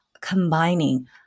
combining